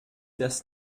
das